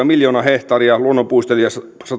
miljoona hehtaaria luonnonpuistoja